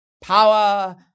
Power